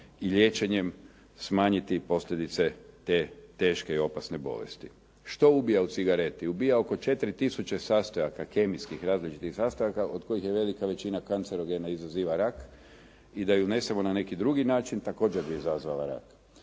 i liječenjem smanjiti i posljedice te teške i opasne bolesti. Što ubija u cigareti? Ubija oko 4000 sastojaka kemijskih različitih sastojaka od kojih je velika većina kancerogena i izaziva rak i da je unesemo na neki drugi način također bi izazvala rak.